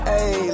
Hey